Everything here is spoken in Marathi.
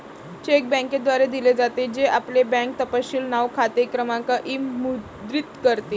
चेक बँकेद्वारे दिले जाते, जे आपले बँक तपशील नाव, खाते क्रमांक इ मुद्रित करते